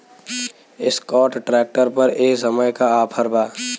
Escort tractor पर ए समय का ऑफ़र बा?